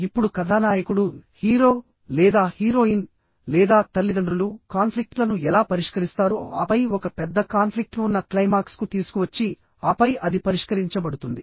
ఇప్పుడు కథానాయకుడు హీరో లేదా హీరోయిన్ లేదా తల్లిదండ్రులు కాన్ఫ్లిక్ట్ లను ఎలా పరిష్కరిస్తారు ఆపై ఒక పెద్ద కాన్ఫ్లిక్ట్ ఉన్న క్లైమాక్స్కు తీసుకువచ్చి ఆపై అది పరిష్కరించబడుతుంది